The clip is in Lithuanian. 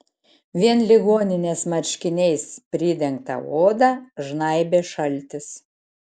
vien ligoninės marškiniais pridengtą odą žnaibė šaltis